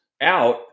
out